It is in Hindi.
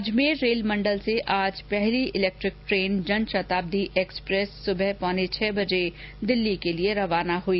अजमेर रेल मंडल से आज पहली इलेक्ट्रिक ट्रेन जनशताब्दी एक्सप्रेस सुबह पौने छह बजे दिल्ली के लिए रवाना हुई